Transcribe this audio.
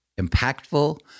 impactful